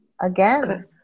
again